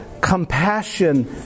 compassion